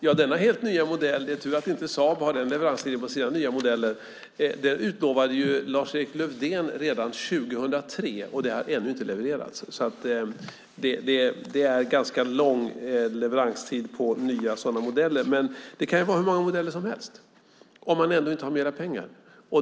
Ja, denna helt nya modell - det är tur att Saab inte har den leveranstiden på sina nya modeller - utlovade Lars-Erik Lövdén redan 2003, och den har ännu inte levererats. Det är ganska lång leveranstid på nya sådana modeller. Men det kan vara hur många modeller som helst om man inte har mer pengar.